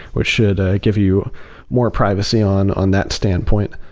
which should ah give you more privacy on on that standpoint.